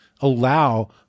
allow